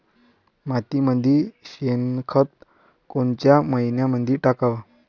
मातीमंदी शेणखत कोनच्या मइन्यामंधी टाकाव?